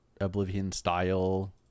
Oblivion-style